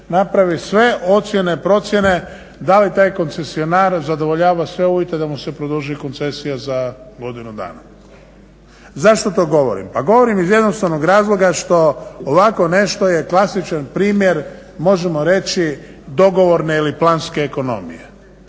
napravi sve ocjene, procjene da li taj koncesionar zadovoljava sve uvjete da mu se produži koncesija za godinu dana. Zašto to govorim? Pa govorim iz jednostavnog razloga što ovako nešto je klasičan primjer možemo reći dogovorne ili planske ekonomije.